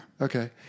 Okay